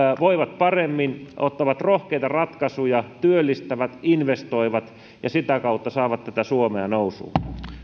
voivat paremmin ottavat rohkeita ratkaisuja työllistävät investoivat ja sitä kautta saavat tätä suomea nousuun